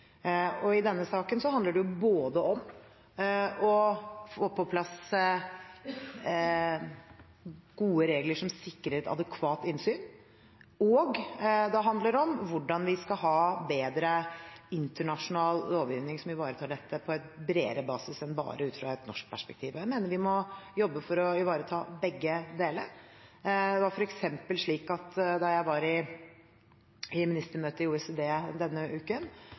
I denne saken handler det om å få på plass gode regler som sikrer et adekvat innsyn, og det handler om hvordan vi skal ha bedre internasjonal lovgivning som ivaretar dette på en bredere basis enn bare ut fra et norsk perspektiv. Jeg mener vi må jobbe for å ivareta begge deler. For eksempel da jeg var i ministermøte i OECD denne uken,